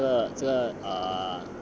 会搜到这个这个